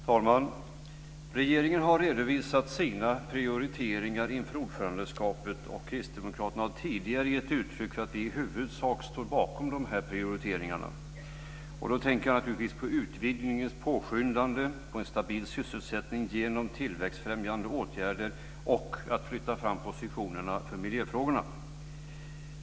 Herr talman! Regeringen har redovisat sina prioriteringar inför ordförandeskapet. Kristdemokraterna har tidigare gett uttryck för att vi i huvudsak står bakom prioriteringarna. Jag tänker på utvidgningens påskyndande, en stabil sysselsättning genom tillväxtfrämjande åtgärder och att flytta fram positionerna för miljöfrågorna.